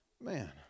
Man